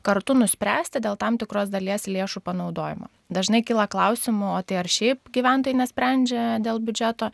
kartu nuspręsti dėl tam tikros dalies lėšų panaudojimo dažnai kyla klausimų o tai ar šiaip gyventojai nesprendžia dėl biudžeto